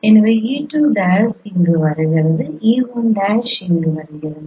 எனவே e2' இங்கு வருகிறது e1' இங்கு வருகிறது